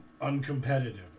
uncompetitive